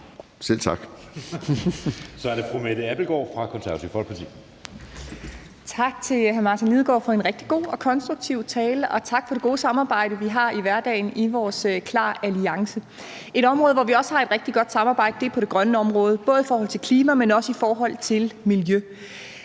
Søe): Så er det fru Mette Abildgaard fra Det Konservative Folkeparti. Kl. 19:08 Mette Abildgaard (KF): Tak til hr. Martin Lidegaard for en rigtig god og konstruktiv tale. Og tak for det gode samarbejde, vi har i hverdagen, i vores KLAR-alliance. Et andet område, hvor vi også har et rigtig godt samarbejde, er på det grønne område, både i forhold til klima, men også i forhold til miljø.